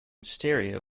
stereo